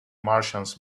martians